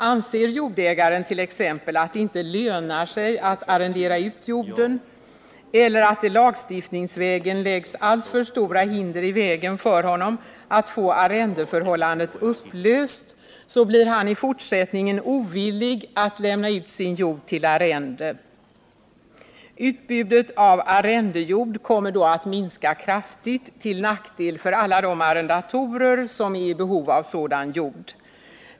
Anser jordägaren att det t.ex. inte lönar sig att arrendera ut jorden eller att det lagstiftningsvägen läggs alltför stora hinder i vägen för honom att få arrendeförhållandet upplöst, blir han i fortsättningen ovillig att lämna ut sin jord till arrende. Utbudet av arrendejord kommer då att minska kraftigt till nackdel för alla de arrendatorer som är i behov av sådan jord.